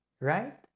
right